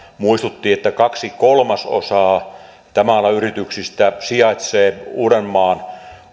muistutti että kaksi kolmasosaa tämän alan yrityksistä sijaitsee uudenmaan